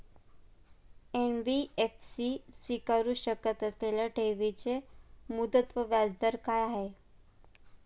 NBFC स्वीकारु शकत असलेल्या ठेवीची मुदत व व्याजदर काय आहे?